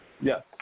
Yes